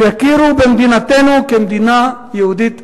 שיכירו במדינתנו כמדינה יהודית ודמוקרטית.